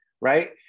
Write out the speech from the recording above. right